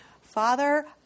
Father